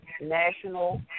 national